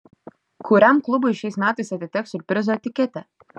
kuriam klubui šiais metais atiteks siurprizo etiketė